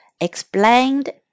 explained